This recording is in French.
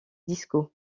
disco